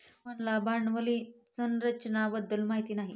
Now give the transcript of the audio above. मोहनला भांडवली संरचना बद्दल माहिती नाही